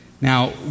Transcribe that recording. Now